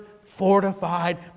fortified